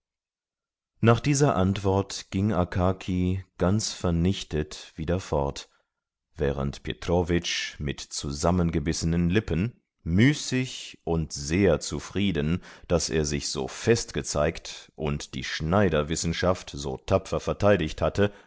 nach dieser antwort ging akaki ganz vernichtet wieder fort während petrowitsch mit zusammengebissenen lippen müßig und sehr zufrieden daß er sich so fest gezeigt und die schneiderwissenschaft so tapfer verteidigt hatte